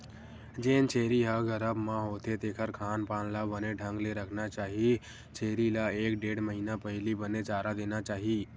जेन छेरी ह गरभ म होथे तेखर खान पान ल बने ढंग ले रखना चाही छेरी ल एक ढ़ेड़ महिना पहिली बने चारा देना चाही